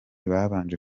babanje